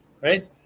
right